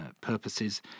purposes